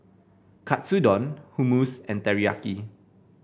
Katsudon Hummus and Teriyaki